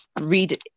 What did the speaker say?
read